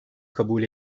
kabul